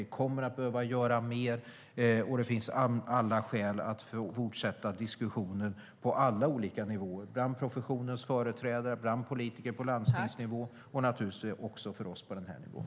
Vi kommer att behöva göra mer, och det finns alla skäl att fortsätta diskussionen på alla olika nivåer bland professionens företrädare, bland politiker på landstingsnivå och naturligtvis också för oss på den här nivån.